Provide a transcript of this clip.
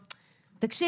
נכון.